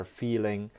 feeling